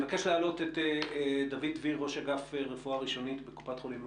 אפרת וקסלר, מקופת חולים "מאוחדת".